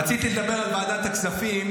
רציתי לדבר על ועדת הכספים,